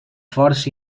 forts